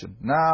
Now